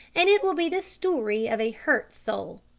and it will be the story of a hurt soul.